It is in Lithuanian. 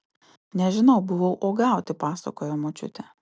nežinau buvau uogauti pasakojo močiutė